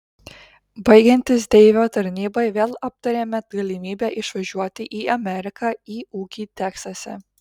baigiantis deivio tarnybai vėl aptarėme galimybę išvažiuoti į ameriką į ūkį teksase